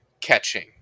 catching